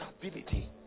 stability